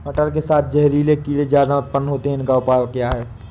मटर के साथ जहरीले कीड़े ज्यादा उत्पन्न होते हैं इनका उपाय क्या है?